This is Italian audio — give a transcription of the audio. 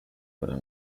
quella